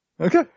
Okay